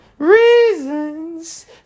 reasons